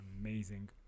amazing